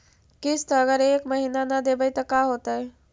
किस्त अगर एक महीना न देबै त का होतै?